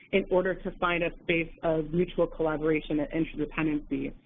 in order to find a space of mutual collaboration and interdependency.